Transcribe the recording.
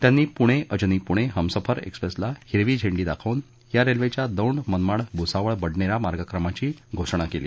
त्यांनी पुणे अजनी पुणे हमसफर एक्सप्रेसला हिरवी झेंडी दाखवून या रेल्वेच्या दौंड मनमाड भुसावळ बडनेरा मार्गक्रमणाची घोषणा केली